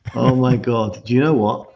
oh my god. do you know what?